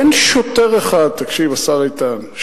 תקשיב, השר איתן,